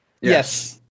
Yes